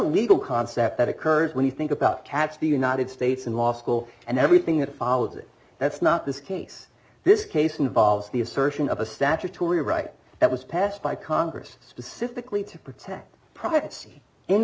legal concept that occurs when you think about catch the united states in law school and everything that follows it that's not this case this case involves the assertion of a statutory right that was passed by congress specifically to protect privacy in